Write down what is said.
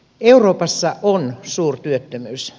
euroopassa on suurtyöttömyys